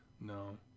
No